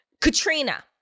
Katrina